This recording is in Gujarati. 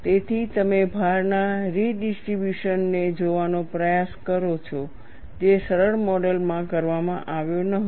તેથી તમે ભારના રીડિસ્ટ્રિબ્યુશન ને જોવાનો પ્રયાસ કરો છો જે સરળ મોડલ માં કરવામાં આવ્યો ન હતો